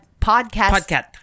Podcast